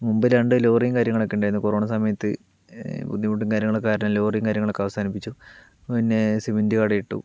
മുൻപ് രണ്ടു ലോറിയും കാര്യങ്ങളൊക്കെ ഇണ്ടായിരുന്നു കൊറോണ സമയത്ത് ബുദ്ധിമുട്ടും കാര്യങ്ങളും കാരണം ലോറിയും കാര്യങ്ങളും ഒക്കെ അവസാനിപ്പിച്ചു പിന്നെ സിമന്റ് കട ഇട്ടു